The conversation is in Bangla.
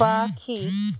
পাখি